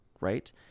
right